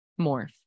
morph